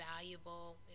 valuable